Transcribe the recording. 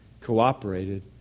cooperated